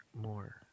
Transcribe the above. more